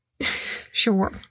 sure